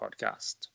podcast